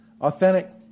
authentic